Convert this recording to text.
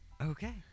Okay